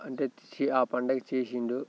అంటే చే ఆ పండగ చేసిండు